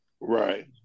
Right